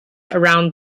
around